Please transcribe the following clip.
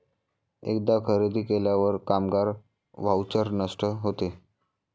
एकदा खरेदी केल्यावर कामगार व्हाउचर नष्ट होते